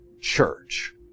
church